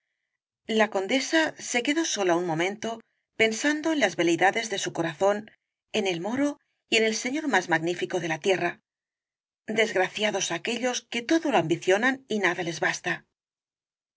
la condesa se quedó sola un momento pensando en las beleidades de su corazón en el moro y en el señor más magnífico de la tierra desgraciados aquellos que todo lo ambicionan y nada les basta